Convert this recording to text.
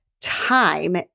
Time